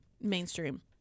mainstream